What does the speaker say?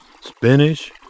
spinach